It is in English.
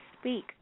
speak